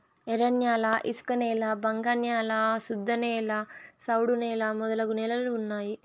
ఎర్రన్యాల ఇసుకనేల బంక న్యాల శుద్ధనేల సౌడు నేల మొదలగు నేలలు ఉన్నాయి